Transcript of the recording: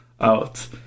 out